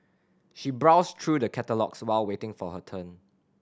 she browsed through the catalogues while waiting for her turn